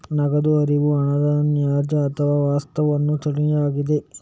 ನಗದು ಹರಿವು ಹಣದ ನೈಜ ಅಥವಾ ವಾಸ್ತವ ಚಲನೆಯಾಗಿದೆ